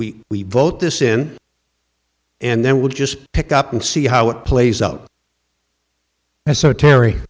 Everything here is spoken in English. we we vote this in and then we'll just pick up and see how